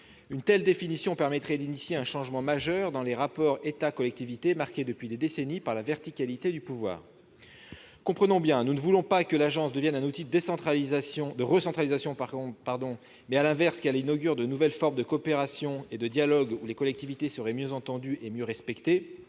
Une telle définition permettrait d'initier un changement majeur dans les rapports entre l'État et les collectivités, marqués depuis des décennies par la verticalité du pouvoir. Comprenons-nous bien : nous ne voulons pas que l'agence devienne un outil de recentralisation, mais qu'elle inaugure de nouvelles formes de coopération et de dialogue permettant aux collectivités d'être mieux entendues et mieux respectées.